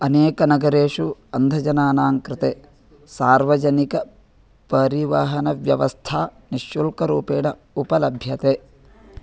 अनेकनगरेषु अन्धजनानां कृते सार्वजनिकपरिवहनव्यवस्था निःशुल्करूपेण उपलभ्यते